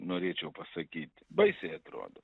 norėčiau pasakyt baisiai atrodo